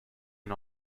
and